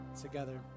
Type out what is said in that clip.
together